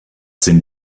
sind